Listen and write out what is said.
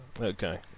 Okay